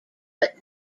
but